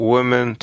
Women